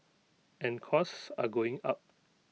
and costs are going up